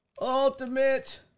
Ultimate